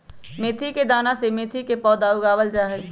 मेथी के दाना से मेथी के पौधा उगावल जाहई